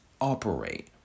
operate